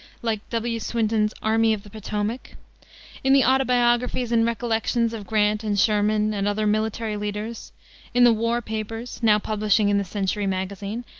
like w. swinton's army of the potomac in the autobiographies and recollections of grant and sherman and other military leaders in the war papers, now publishing in the century magazine,